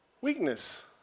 Weakness